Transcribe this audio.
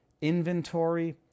inventory